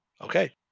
Okay